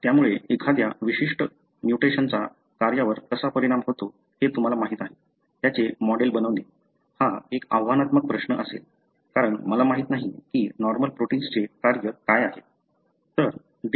त्यामुळे एखाद्या विशिष्ट म्युटेशनचा कार्यावर कसा परिणाम होतो हे तुम्हाला माहीत आहे त्याचे मॉडेल बनवणे हा एक आव्हानात्मक प्रश्न असेल कारण मला माहित नाही की नॉर्मल प्रोटिन्सचे कार्य काय आहे